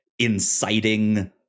inciting